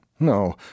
No